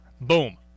Boom